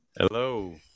Hello